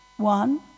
One